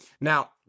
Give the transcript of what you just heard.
Now